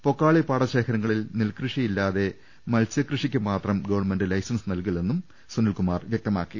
പൊക്കാളി പാടശേഖരങ്ങളിൽ നെൽകൃഷിയില്ലാതെ മത്സ്യകൃഷിക്ക് മാത്രം ഗവൺമെന്റ് ലൈസൻസ് നൽകില്ലെന്ന് സുനിൽകുമാർ വ്യക്തമാക്കി